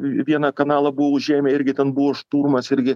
vieną kanalą buvo užėmę irgi ten buvo šturmas irgi